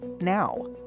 now